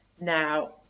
Now